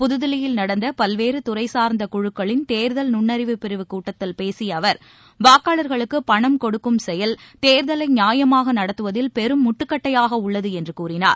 புதுதில்லியில் நடந்த பல்வேறு துறை சார்ந்த குழுக்களின் தேர்தல் நுண்ணறிவுப் பிரிவு கூட்டத்தில் பேசிய அவர் வாக்காளர்களுக்கு பணம் கொடுக்கும் செயல் தேர்தலை நியாயமாக நடத்துவதில் பெரும் முட்டுக்கட்டையாக உள்ளது என்று கூறினார்